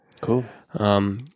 Cool